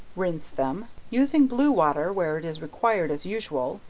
rinse them, using blue water where it is required as usual,